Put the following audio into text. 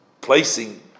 placing